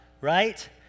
right